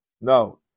No